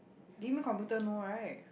gaming computer no right